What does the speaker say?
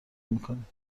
میکنیم